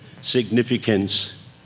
significance